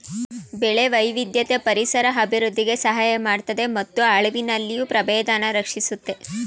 ಬೆಳೆ ವೈವಿಧ್ಯತೆ ಪರಿಸರ ಅಭಿವೃದ್ಧಿಗೆ ಸಹಾಯ ಮಾಡ್ತದೆ ಮತ್ತು ಅಳಿವಿನಲ್ಲಿರೊ ಪ್ರಭೇದನ ರಕ್ಷಿಸುತ್ತೆ